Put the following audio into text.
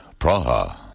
Praha